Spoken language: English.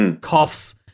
coughs